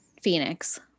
Phoenix